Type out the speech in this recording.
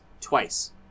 Twice